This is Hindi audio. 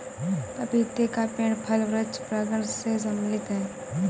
पपीते का पेड़ फल वृक्ष प्रांगण मैं सम्मिलित है